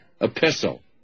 epistle